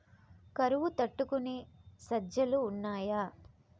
కరువు తట్టుకునే సజ్జలు ఉన్నాయా